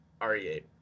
RE8